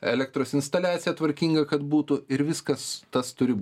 elektros instaliacija tvarkinga kad būtų ir viskas tas turi